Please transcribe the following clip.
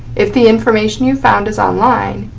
if the information you found is online,